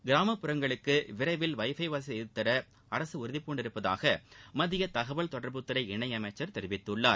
கிராமப்புறங்களுக்கு விரைவில் வைஃபை வசதி செய்துத்தர அரசு உறுதிபூண்டுள்ளதாக மத்திய தகவல் தொடர்புத்துறை இணையமைச்சர் தெரிவித்துள்ளார்